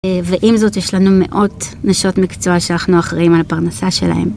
אה... ועם זאת יש לנו מאות... נשות מקצוע שאנחנו אחראים על הפרנסה שלהן.